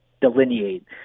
delineate